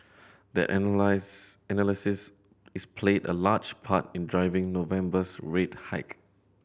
that analyse analysis is played a large part in driving November's rate hike